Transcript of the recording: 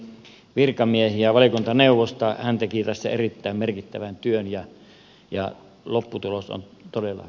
hän teki tässä erittäin merkittävän työn ja lopputulos on todella hyvä